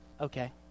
okay